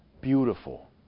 beautiful